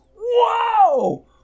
Whoa